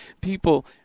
people